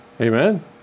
amen